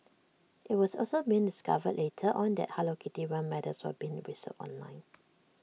IT was also being discovered later on that hello kitty run medals were being resold online